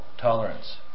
tolerance